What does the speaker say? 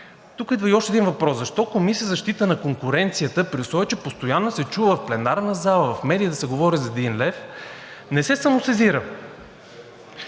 Тук идва и още един въпрос: защо Комисията за защита на конкуренцията, при условие че постоянно се чува в пленарната зала, в медиите да се говори за един лев, не се самосезира?